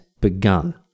begun